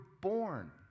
born